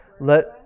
Let